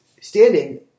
standing